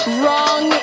wrong